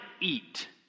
eat